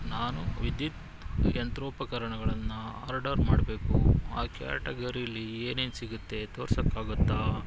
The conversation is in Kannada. ನಾನು ವಿದ್ಯುತ್ ಯಂತ್ರೋಪಕರಣಗಳನ್ನು ಆರ್ಡರ್ ಮಾಡಬೇಕು ಆ ಕ್ಯಾಟಗರೀಲಿ ಏನೇನು ಸಿಗುತ್ತೆ ತೋರ್ಸೋಕ್ಕಾಗುತ್ತಾ